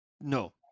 no